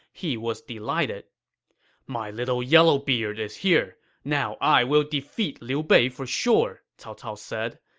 he was delighted my little yellowbeard is here now i will defeat liu bei for sure! cao cao said.